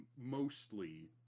mostly